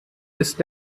ist